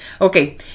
Okay